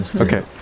Okay